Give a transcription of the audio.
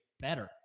better